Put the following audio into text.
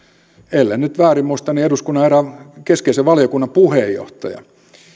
ellen nyt väärin muista eduskunnan erään keskeisen valiokunnan puheenjohtaja